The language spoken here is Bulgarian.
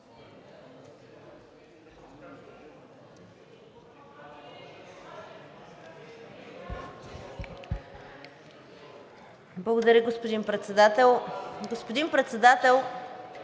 Благодаря, господин Председател. Господин Председател,